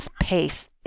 pace